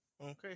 Okay